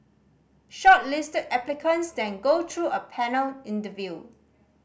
shortlisted applicants then go through a panel interview